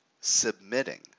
submitting